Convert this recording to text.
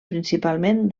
principalment